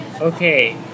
okay